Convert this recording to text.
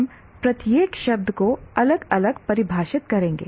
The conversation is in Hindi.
हम प्रत्येक शब्द को अलग अलग परिभाषित करेंगे